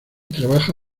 trabaja